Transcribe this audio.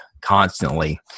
constantly